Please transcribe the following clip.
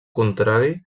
contrari